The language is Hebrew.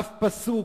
אף פסוק,